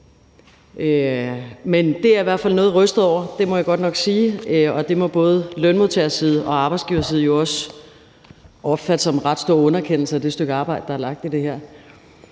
Men jeg er i hvert fald noget rystet over det – det må jeg godt nok sige – og både lønmodtagerside og arbejdsgiverside må jo også opfatte det som en ret stor underkendelse af det stykke arbejde, der er lagt i det her.